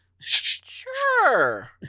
Sure